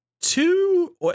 two